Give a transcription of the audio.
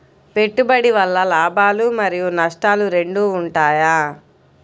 పెట్టుబడి వల్ల లాభాలు మరియు నష్టాలు రెండు ఉంటాయా?